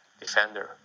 defender